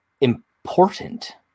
important